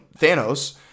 Thanos